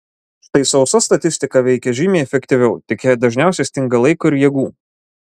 štai sausa statistika veikia žymiai efektyviau tik jai dažniausiai stinga laiko ir jėgų